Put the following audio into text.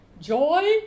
Joy